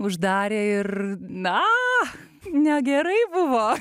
uždarė ir na negerai buvo